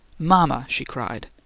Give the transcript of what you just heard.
mama! she cried.